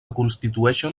constitueixen